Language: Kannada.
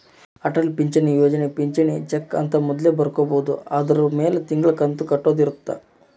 ಅಟಲ್ ಪಿಂಚಣಿ ಯೋಜನೆ ಪಿಂಚಣಿ ಬೆಕ್ ಅಂತ ಮೊದ್ಲೇ ಬರ್ಕೊಬೇಕು ಅದುರ್ ಮೆಲೆ ತಿಂಗಳ ಕಂತು ಕಟ್ಟೊದ ಇರುತ್ತ